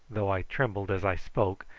though i trembled as i spoke,